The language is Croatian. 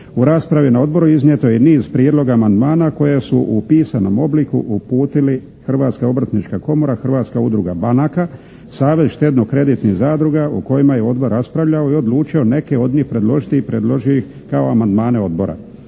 U raspravi na odboru iznijeto je niz prijedloga amandmana koje su u pisanom obliku uputili Hrvatska obrtnička komora, Hrvatska udruga banaka, Savez štedno-kreditnih zadruga o kojima je odbor raspravljao i odlučio neke od njih predložiti i predložio ih kao amandmane odbora.